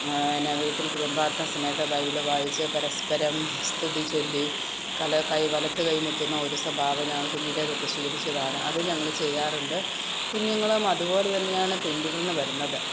എന്നാ വീട്ടിൽ കുടുംബ പ്രാർത്ഥന സമയത്ത് ബൈബിൾ വായിച്ച് പരസ്പരം സ്തുതി ചൊല്ലി കല കൈ വലത്തുകൈ മുത്തുന്ന ഒരു സ്വഭാവം ഞങ്ങൾ കുഞ്ഞിലേ തൊട്ട് ശീലിച്ചതാണ് അത് ഞങ്ങൾ ചെയ്യാറുണ്ട് കുഞ്ഞുങ്ങളും അതുപോലെ തന്നെയാണ് പിന്തുടർന്ന് വരുന്നത്